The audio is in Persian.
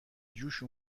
جوش